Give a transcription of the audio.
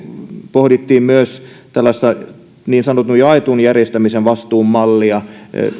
pohdittiin myös tällaista niin sanotun jaetun järjestämisvastuun mallia